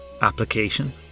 application